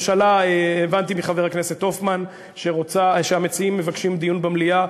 הבנתי מחבר הכנסת הופמן שהמציעים רוצים דיון במליאה.